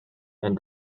and